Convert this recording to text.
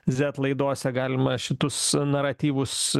zet laidose galima šitus naratyvus